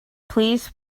please